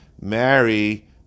marry